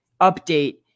update